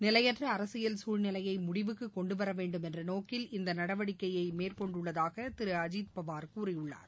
நிலையற்ற அரசியல் சூழ்நிலையை முடிவுக்கு கொண்டுவரவேண்டும் என்ற நோக்கில் இந்த நடவடிக்கை மேற்கொண்டுள்ளதாக திரு அஜித் பவார் கூறியுள்ளார்